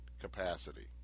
capacity